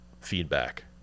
feedback